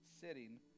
sitting